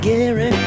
Gary